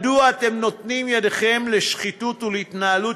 מדוע אתם נותנים את ידיכם לשחיתות ולהתנהלות